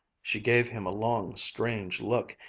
she gave him a long strange look,